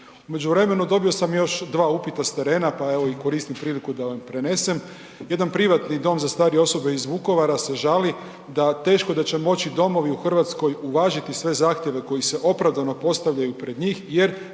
međuvremenu dobio sam još dva upita s terena, pa evo i koristim priliku da vam prenesem. Jedan privatni dom za starije osobe iz Vukovara se žali da teško da će moći domovi u RH uvažiti sve zahtjeve koji se opravdano postavljaju pred njih jer